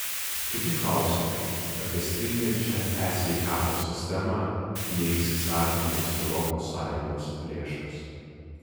kiti klausimai apie stringančią e sveikatos sistemą neįsisavinamas europos sąjungos lėšas